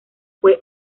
fue